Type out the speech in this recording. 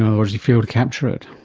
in other words, you fail to capture it.